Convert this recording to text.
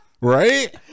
Right